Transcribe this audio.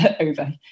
over